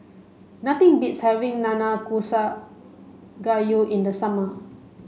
nothing beats having Nanakusa Gayu in the summer